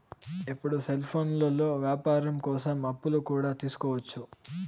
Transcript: ఇప్పుడు సెల్ఫోన్లో వ్యాపారాల కోసం అప్పులు కూడా తీసుకోవచ్చు